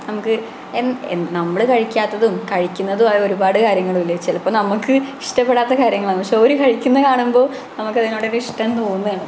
നമുക്ക് എൻ എന്ത് നമ്മൾ കഴിക്കാത്തതും കഴിക്കുന്നതും ആയ ഒരുപാട് കാര്യങ്ങളും ഇല്ലേ ചിലപ്പം നമുക്ക് ഇഷ്ടപ്പെടാത്ത കാര്യങ്ങളാണ് പഷേ ഓര് കഴിക്കുന്നതു കാണുമ്പോൾ നമുക്കതിനോടൊരിഷ്ടം തോന്നുകയാണ്